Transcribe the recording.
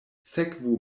sekvu